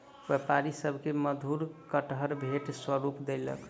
व्यापारी सभ के मधुर कटहर भेंट स्वरूप देलक